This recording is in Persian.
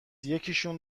یکیشون